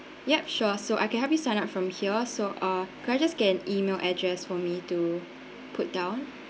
ya sure so I can help you sign up from here so uh could I just get an email address for me to put down